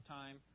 time